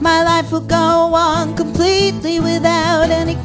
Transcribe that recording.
my life will go on completely without any